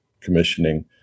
commissioning